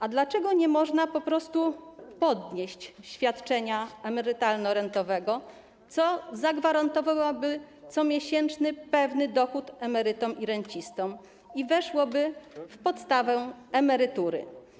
A dlaczego nie można po prostu podnieść świadczenia emerytalno-rentowego, co zagwarantowałoby comiesięczny pewny dochód emerytom i rencistom i weszłoby w podstawę emerytury?